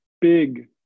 big